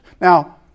Now